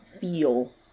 feel